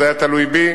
אם זה היה תלוי בי,